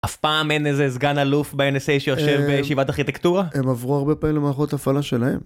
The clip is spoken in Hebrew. אף פעם אין איזה סגן אלוף בNSA שיושב בישיבת ארכיטקטורה? הם עברו הרבה פעמים למערכות הפעלה שלהם.